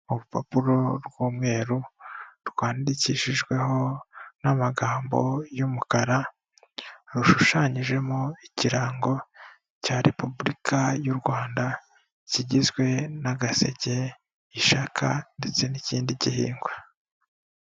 Urupapuro rw'umweru rwandikishijweho n'amagambo y'umukara, rushushanyijemo ikirango cya repubulika y'u Rwanda kigizwe n'agaseke, ishaka ndetse n'ikindi gihingwa.